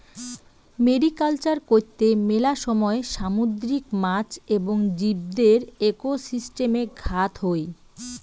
mariculture কৈত্তে মেলা সময় সামুদ্রিক মাছ এবং জীবদের একোসিস্টেমে ঘাত হই